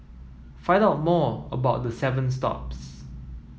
find out more about the seven stops